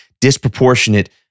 disproportionate